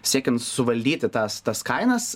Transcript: siekiant suvaldyti tas tas kainas